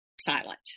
silent